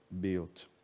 built